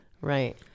Right